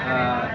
ఆ